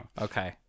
Okay